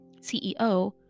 CEO